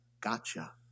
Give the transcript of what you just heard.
gotcha